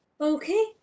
Okay